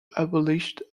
abolished